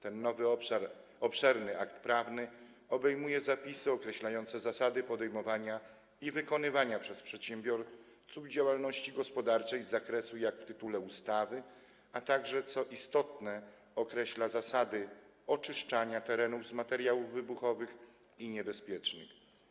Ten nowy obszerny akt prawny obejmuje zapisy określające zasady podejmowania i wykonywania przez przedsiębiorców działalności gospodarczej w takim zakresie jak w tytule ustawy, a także, co istotne, określa zasady oczyszczania terenów z materiałów wybuchowych i niebezpiecznych.